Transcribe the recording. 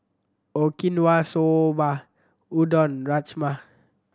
Okinawa Soba Udon Rajma